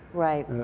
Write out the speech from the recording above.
right.